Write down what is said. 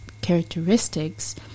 characteristics